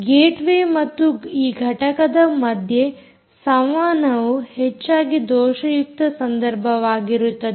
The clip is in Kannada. ಗೇಟ್ ವೇ ಮತ್ತು ಈ ಘಟಕದ ಮಧ್ಯೆ ಸಂವಹನವು ಹೆಚ್ಚಾಗಿ ದೋಷಯುಕ್ತ ಸಂದರ್ಭವಾಗಿರುತ್ತದೆ